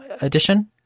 edition